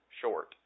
short